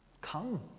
Come